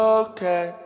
okay